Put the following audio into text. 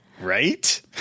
right